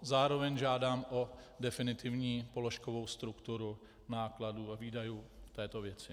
Zároveň žádám o definitivní položkovou strukturu nákladů a výdajů v této věci.